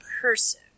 person